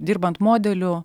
dirbant modeliu